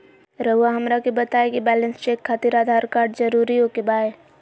रउआ हमरा के बताए कि बैलेंस चेक खातिर आधार कार्ड जरूर ओके बाय?